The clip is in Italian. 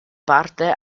parte